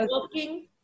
working